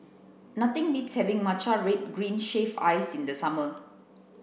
nothing beats having matcha red green shaved ice in the summer